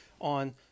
on